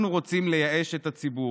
אנחנו רוצים לייאש את הציבור,